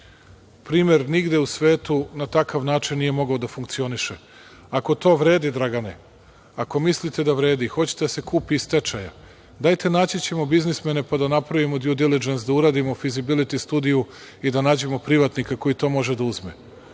primer nigde u svetu na takav način nije mogao da funkcioniše. Ako to vredi, Dragane, ako mislite da vredi i hoćete da se kupi iz stečaja, dajte naći ćemo biznismene, pa da napravimo „due diligence“, da uradimo „feasibillty“ studiju i da nađemo privatnika koji to može da uzme.